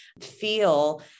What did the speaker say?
feel